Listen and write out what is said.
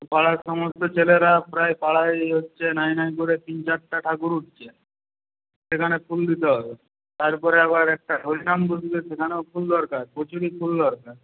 পাড়ার সমস্ত ছেলেরা প্রায় পাড়ায় হচ্ছে নাই নাই করে তিন চারটে ঠাকুর উঠছে সেখানে ফুল দিতে হবে তারপরে আবার একটা হরিনাম বসবে সেখানেও ফুল দরকার প্রচুরই ফুল দরকার